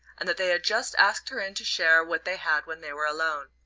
and that they had just asked her in to share what they had when they were alone.